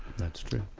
that's true.